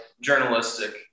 Journalistic